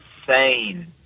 insane